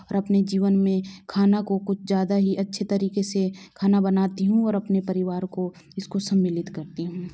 और अपने जीवन में खाना को कुछ ज़्यादा ही अच्छे तरीके से खाना बनाती हूँ और अपने परिवार को इसको सम्मिलित करती हूँ